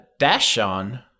dashon